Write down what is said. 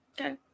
Okay